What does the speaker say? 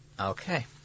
Okay